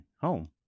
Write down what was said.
home